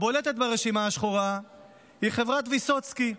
הבולטת ברשימה השחורה היא חברת ויסוצקי.